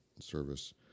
service